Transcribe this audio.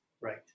Right